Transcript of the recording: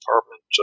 Department